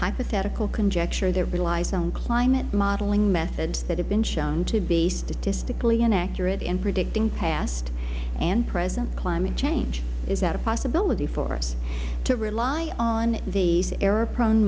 hypothetical conjecture that relies on climate modeling methods that have been shown to be statistically inaccurate in predicting past and present climate change is that a possibility for us to rely on these error prone